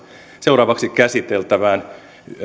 seuraavaksi käsiteltävään